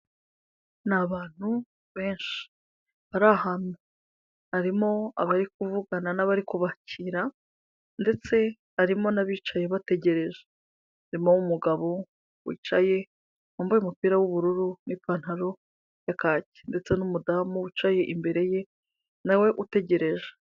Nabantu benshi bari ahantu harimo abari kuvugana n'abari kubakira ndetse harimo n'abicaye bategereje harimo n’umugabo wicaye wambaye umupira w'ubururu n'ipantaro ya kaki ndetse n'umudamu wicaye imbere ye nawe utegereje.